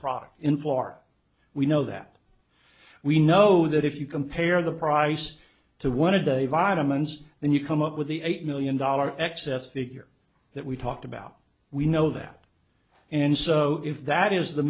product in four we know that we know that if you compare the price to one a day vitamins and you come up with the eight million dollars excess figure that we talked about we know that and so if that is the